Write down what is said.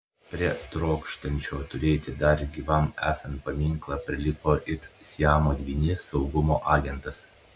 prie trokštančio turėti dar gyvam esant paminklą prilipo it siamo dvynys saugumo agentas